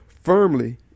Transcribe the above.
firmly